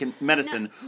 medicine